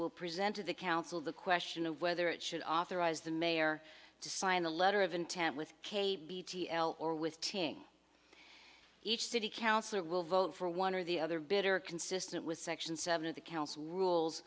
will present to the council the question of whether it should authorize the mayor to sign the letter of intent with k b t l or with teaching each city council or will vote for one or the other bitter consistent with section seven of the council rules